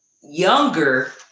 younger